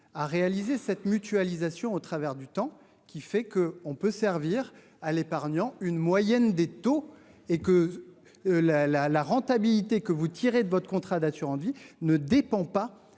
à réaliser cette mutualisation au travers du temps qui fait que on peut servir à l'épargnant une moyenne des taux et que. La la la rentabilité que vous tirez de votre contrat d'assurance-vie ne dépend pas.